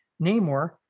namor